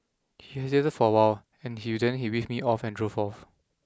he hesitated for a while and he then he waved me off and drove off